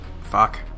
Fuck